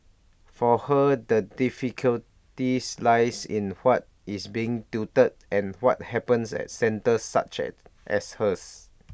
for her the difficulties lies in what is being tutored and what happens at centres such as as her